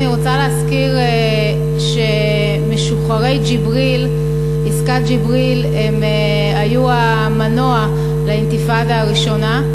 אני רוצה להזכיר שמשוחררי עסקת ג'יבריל היו המנוע לאינתיפאדה הראשונה,